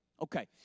Okay